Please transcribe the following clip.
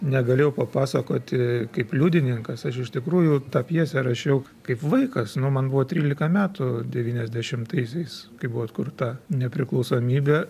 negalėjau papasakoti kaip liudininkas aš iš tikrųjų tą pjesę rašiau kaip vaikas nu man buvo trylika metų devyniasdešimtaisiais kai buvo atkurta nepriklausomybė